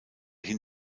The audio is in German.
hin